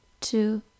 two